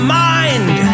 mind